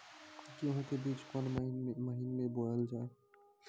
गेहूँ के बीच कोन महीन मे बोएल जाए?